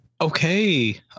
Okay